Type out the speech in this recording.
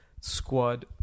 squad